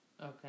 Okay